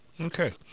Okay